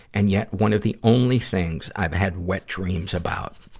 and yet one of the only things i've had wet dreams about.